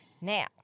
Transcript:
Now